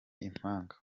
impanga